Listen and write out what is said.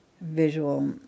visual